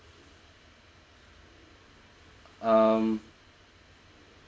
um